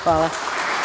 Hvala.